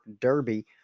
Derby